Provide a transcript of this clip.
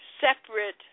separate